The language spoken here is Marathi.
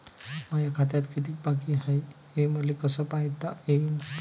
माया खात्यात कितीक बाकी हाय, हे मले कस पायता येईन?